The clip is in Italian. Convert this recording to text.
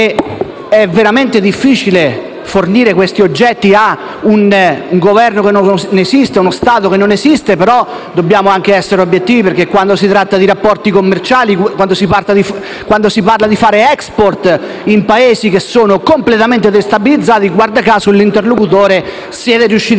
è veramente difficile fornire questi oggetti a un Governo che non esiste, ad uno Stato che non esiste. Dobbiamo anche essere obiettivi, perché quando si tratta di rapporti commerciali, quando si parla di fare *export* in Paesi che sono completamente destabilizzati, guarda caso, l'interlocutore siete riusciti a trovarlo sempre.